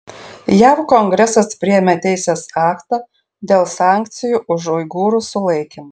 jav kongresas priėmė teisės aktą dėl sankcijų už uigūrų sulaikymą